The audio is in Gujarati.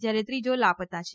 જ્યારે ત્રીજો લાપત્તા છે